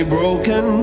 broken